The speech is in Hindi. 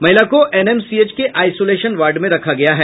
महिला को एनएमसीएच के आइसोलेशन वार्ड में रखा गया है